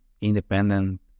independent